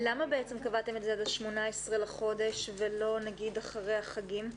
למה בעצם קבעתם את זה ל-18 לחודש ולא נגיד אחרי החגים?